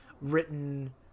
written